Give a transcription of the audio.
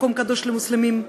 מקום קדוש למוסלמים,